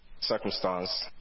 circumstance